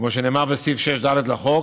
כמו שנאמר בסעיף 6(ד) לחוק: